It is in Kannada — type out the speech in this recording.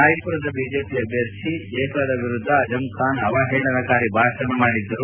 ರಾಯಪುರದ ಬಿಜೆಪಿ ಅಭ್ಯರ್ಥಿ ಜಯಪ್ರದಾ ವಿರುದ್ದ ಆಜಂ ಖಾನ್ ಅವಹೇಳನಕಾರಿ ಭಾಷಣ ಮಾಡಿದ್ದರು